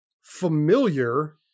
familiar